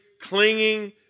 clinging